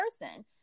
person